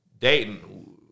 Dayton